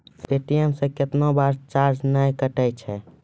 ATM से कैतना बार चार्ज नैय कटै छै?